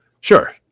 sure